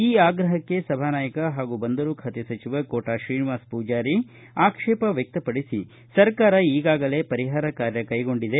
ಈ ಆಗ್ರಹಕ್ಕೆ ಸಭಾನಾಯಕ ಹಾಗೂ ಬಂದರು ಖಾತೆ ಸಚಿವ ಕೋಟಾ ಶ್ರೀನಿವಾಸ್ ಪೂಜಾರಿ ಆಕ್ಷೇಪ ವ್ಯಕ್ತಪಡಿಸಿ ಸರ್ಕಾರ ಈಗಾಗಲೇ ಪರಿಹಾರ ಕಾರ್ಯ ಕೈಗೊಂಡಿದೆ